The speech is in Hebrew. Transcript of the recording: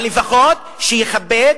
אבל לפחות שיכבד,